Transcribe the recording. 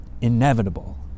inevitable